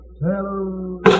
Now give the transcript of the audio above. Hello